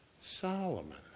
Solomon